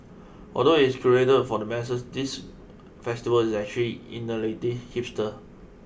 although it is curated for the masses this festival is actually innately hipster